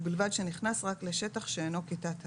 ובלבד שנכנס רק לשטח שאינו כיתת הגן".